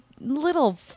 little